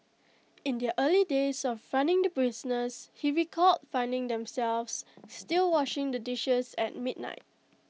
in their early days of running the business he recalled finding themselves still washing the dishes at midnight